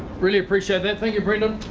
really appreciate that, thank you, brendon.